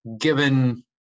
given